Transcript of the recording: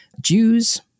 Jews